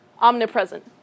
omnipresent